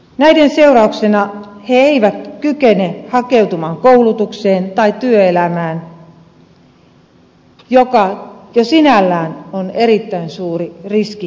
näiden seurauksena he eivät kykene hakeutumaan koulutukseen tai työelämään mikä jo sinällään on erittäin suuri riski näille nuorille